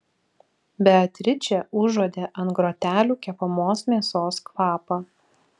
beatričė užuodė ant grotelių kepamos mėsos kvapą